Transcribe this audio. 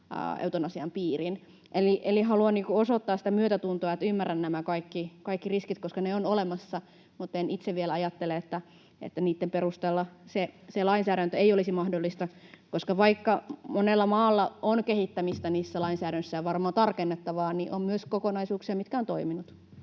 eutanasian piiriin. Eli haluan osoittaa sitä myötätuntoa, että ymmärrän nämä kaikki riskit, koska ne ovat olemassa, mutta en itse ajattele, että niitten perusteella se lainsäädäntö ei olisi mahdollista. Vaikka monella maalla on kehittämistä niissä lainsäädännöissä ja varmaan tarkennettavaa, on myös kokonaisuuksia, mitkä ovat toimineet.